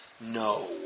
No